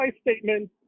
statement